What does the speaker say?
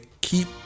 keep